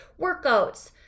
workouts